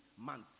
months